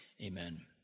Amen